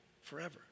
forever